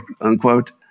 unquote